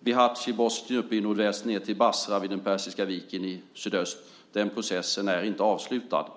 Bihac i nordväst till Basra vid Persiska viken i sydöst. Den processen är inte avslutad.